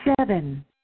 Seven